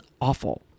awful